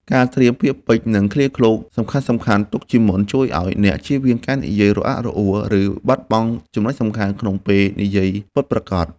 ការត្រៀមពាក្យពេចន៍ និងឃ្លាឃ្លោងសំខាន់ៗទុកជាមុន ជួយឱ្យអ្នកជៀសវាងការនិយាយរអាក់រអួល ឬបាត់បង់ចំណុចសំខាន់ក្នុងពេលនិយាយពិតប្រាកដ។